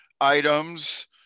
items